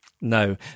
No